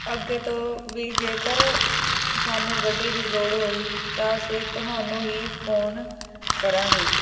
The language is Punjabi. ਅੱਗੇ ਤੋਂ ਵੀ ਜੇਕਰ ਸਾਨੂੰ ਗੱਡੀ ਦੀ ਲੋੜ ਹੋਈ ਤਾਂ ਅਸੀਂ ਤੁਹਾਨੂੰ ਹੀ ਫੋਨ ਕਰਾਂਗੇ